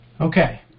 Okay